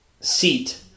seat